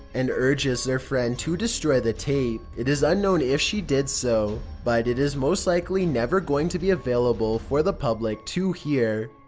and urges their friend to destroy the tape. it is unknown if she did so, but it is most likely never going to be available for the public to hear.